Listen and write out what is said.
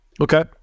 Okay